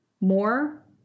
more